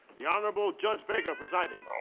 the honorable judge vega presiding.